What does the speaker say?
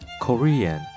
Korean